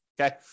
Okay